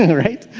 and right?